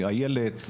איילת,